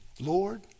Lord